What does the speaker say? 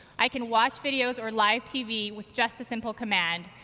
i can watch videos or live tv with just a simple command.